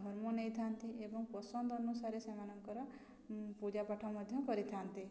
ଧର୍ମ ନେଇଥାନ୍ତି ଏବଂ ପସନ୍ଦ ଅନୁସାରେ ସେମାନଙ୍କର ପୂଜାପାଠ ମଧ୍ୟ କରିଥାନ୍ତି